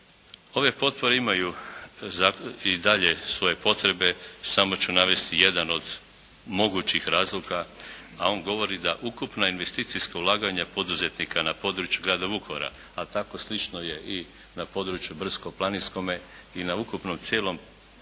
Ove potpore imaju i dalje svoje potrebe, samo ću navesti jedan od mogućih razloga, a on govori da ukupna investicijska ulaganja poduzetnika na području grada Vukovara, a tako slično je i na području brdsko-planinskome i na ukupnom cijelom